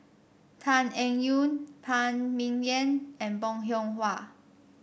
Tan Eng Yoon Phan Ming Yen and Bong Hiong Hwa